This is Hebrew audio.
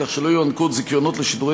כך שלא יוענקו עוד זיכיונות לשידורי